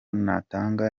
natanga